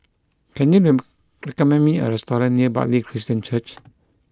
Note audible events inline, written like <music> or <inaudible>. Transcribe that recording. can you <hesitation> recommend me a restaurant near Bartley Christian Church